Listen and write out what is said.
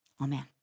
Amen